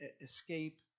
escape